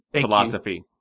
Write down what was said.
philosophy